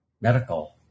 medical